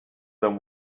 them